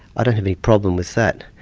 i don't have any problem with that,